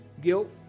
guilt